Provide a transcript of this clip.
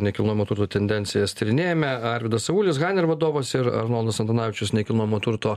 nekilnojamo turto tendencijas tyrinėjame arvydas avulis haner vadovas ir arnoldas antanavičius nekilnojamo turto